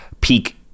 peak